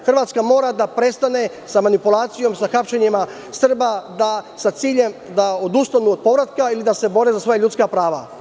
Hrvatska mora da prestane sa manipulacijom, sa hapšenjima Srba, sa ciljem da odustanu od povratka ili da se bore za svoja ljudska prava.